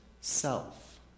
self